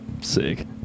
sick